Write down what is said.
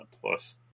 plus